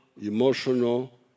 emotional